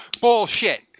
bullshit